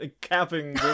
capping